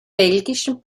belgischen